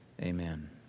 amen